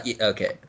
okay